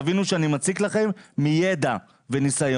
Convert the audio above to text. תבינו שאני מציק לכם מידע וניסיון.